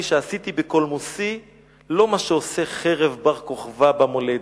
שעשיתי בקולמוסי לא מה שעושה חרב בר-כוכבא במולדת".